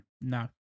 No